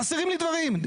חסרים לי דברים,